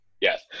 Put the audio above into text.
yes